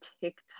TikTok